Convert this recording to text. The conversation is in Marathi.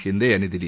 शिंदे यांनी दिली